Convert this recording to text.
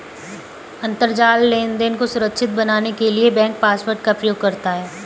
अंतरजाल लेनदेन को सुरक्षित बनाने के लिए बैंक पासवर्ड का प्रयोग करता है